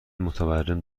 متورم